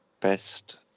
Best